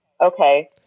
Okay